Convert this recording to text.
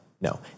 no